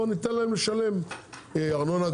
או שניתן להם לשלם ארנונה גבוהה.